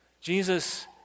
Jesus